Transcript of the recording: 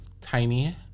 Tiny